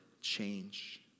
change